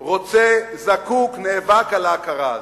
רוצה, זקוק, נאבק על ההכרה הזאת,